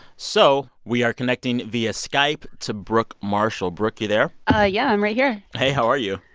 so we are connecting via skype to brooke marshall. brooke, you there? but yeah, i'm right here hey, how are you?